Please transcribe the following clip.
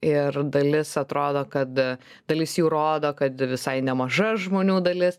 ir dalis atrodo kad dalis jų rodo kad visai nemaža žmonių dalis